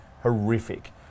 horrific